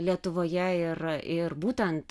lietuvoje ir ir būtent